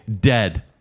dead